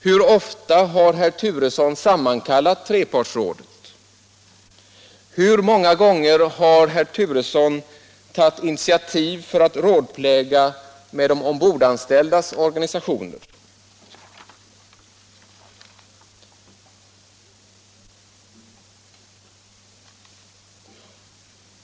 Hur ofta har herr Turesson sammankallat trepartsrådet? Hur många gånger har herr Turesson tagit initiativ för att rådpläga med de ombordanställdas organisationer?